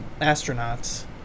astronauts